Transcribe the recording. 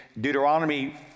Deuteronomy